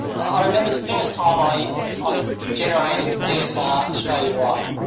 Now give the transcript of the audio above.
i remember the first time i i generated dsr australia-wide.